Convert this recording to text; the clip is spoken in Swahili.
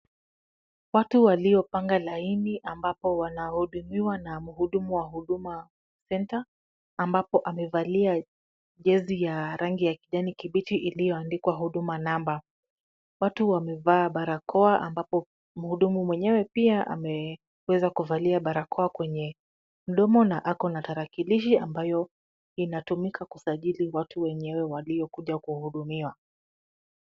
Watu waliopanga laini ambapo wanao hudumiwa na mhudumu wa huduma center, ambapo amevalia jezi ya rangi ya kijani kibichi iliyoandikwa huduma namba, watu wamevaa barakoa ambapo muhudumu mwenyewe pia ameweza kuvalia barakoa kwenye mdomo na ako na tarakilishi ambayo, inatumika kusajili watu wenyewe walio kuja kuhudumiwa.